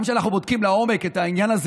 גם כשאנחנו בודקים לעומק את העניין הזה